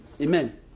Amen